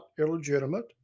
illegitimate